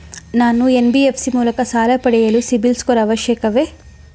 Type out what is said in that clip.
ನಾನು ಎನ್.ಬಿ.ಎಫ್.ಸಿ ಮೂಲಕ ಸಾಲ ಪಡೆಯಲು ಸಿಬಿಲ್ ಸ್ಕೋರ್ ಅವಶ್ಯವೇ?